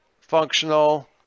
functional